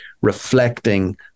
reflecting